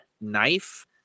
knife